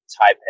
Taipei